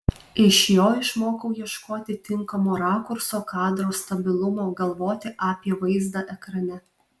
iš jo išmokau ieškoti tinkamo rakurso kadro stabilumo galvoti apie vaizdą ekrane